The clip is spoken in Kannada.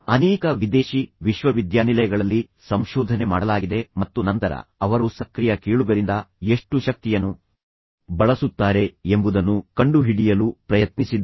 ಅನೇಕ ವಿದೇಶಿ ವಿಶ್ವವಿದ್ಯಾನಿಲಯಗಳಲ್ಲಿ ಸಂಶೋಧನೆ ಮಾಡಲಾಗಿದೆ ಮತ್ತು ನಂತರ ಅವರು ಸಕ್ರಿಯ ಕೇಳುಗರಿಂದ ಎಷ್ಟು ಶಕ್ತಿಯನ್ನು ಬಳಸುತ್ತಾರೆ ಎಂಬುದನ್ನು ಕಂಡುಹಿಡಿಯಲು ಪ್ರಯತ್ನಿಸಿದ್ದಾರೆ